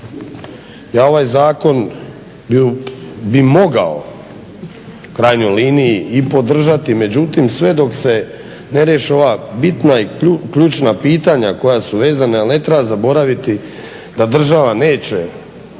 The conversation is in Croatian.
ja ovaj zakon bih mogao u krajnjoj liniji i podržati. Međutim, sve dok se ne riješe ova bitna i ključna pitanja koja su vezana, jer ne treba zaboraviti da država neće